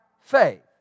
faith